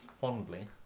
fondly